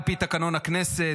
על פי תקנון הכנסת,